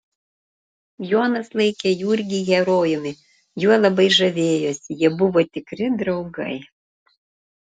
jonas laikė jurgį herojumi juo labai žavėjosi jie buvo tikri draugai